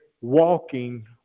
walking